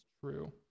true